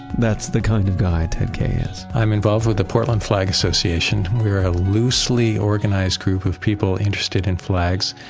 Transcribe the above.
that's the kind of guy ted kaye is i'm involved with the portland flag association. we are a loosely organized group of people interested in flags,